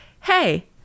hey